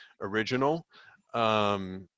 original